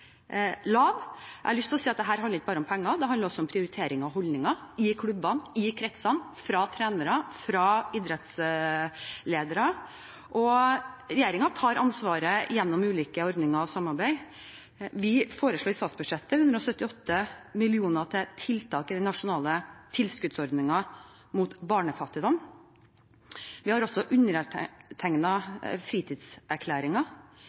handler ikke bare om penger. Dette handler også om prioriteringer og holdninger i klubbene, i kretsene, fra trenere, fra idrettsledere. Regjeringen tar dette ansvaret gjennom ulike ordninger og samarbeid. Vi foreslår i statsbudsjettet å gi 178 mill. kr til tiltak i den nasjonale tilskuddsordningen mot barnefattigdom. Vi har også